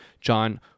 John